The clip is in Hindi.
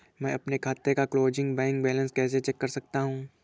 मैं अपने खाते का क्लोजिंग बैंक बैलेंस कैसे चेक कर सकता हूँ?